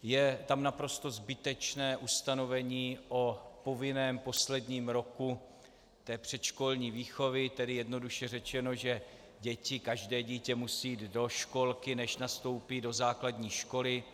Je tam naprosto zbytečné ustanovení o povinném posledním roku předškolní výchovy, tedy jednoduše řečeno, že každé dítě musí jít do školky, než nastoupí do základní školy.